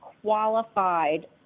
qualified